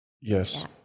Yes